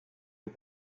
aux